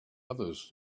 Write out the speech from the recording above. others